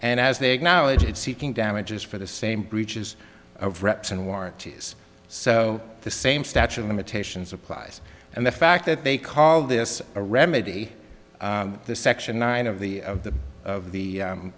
and as they acknowledged seeking damages for the same breaches of reps and warranties so the same statue of limitations applies and the fact that they call this a remedy the section nine of the of the of the